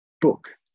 book